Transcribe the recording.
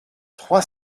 trois